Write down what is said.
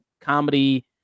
comedy